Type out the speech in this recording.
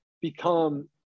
become